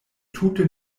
tute